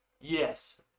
Yes